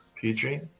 PG